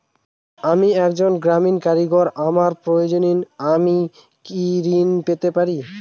আমি একজন গ্রামীণ কারিগর আমার প্রয়োজনৃ আমি কি ঋণ পেতে পারি?